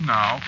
Now